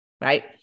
right